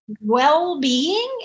well-being